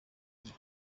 gihe